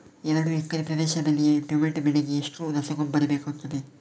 ಎರಡು ಎಕರೆ ಪ್ರದೇಶದಲ್ಲಿ ಟೊಮ್ಯಾಟೊ ಬೆಳೆಗೆ ಎಷ್ಟು ರಸಗೊಬ್ಬರ ಬೇಕಾಗುತ್ತದೆ?